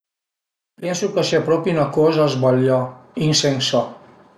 Pensu ch'a sia propi 'na coza zbaglià, insensà